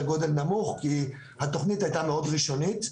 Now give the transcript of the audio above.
גודל נמוך כי התוכנית הייתה מאוד ראשונית.